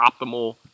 optimal